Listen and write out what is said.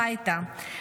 הביתה.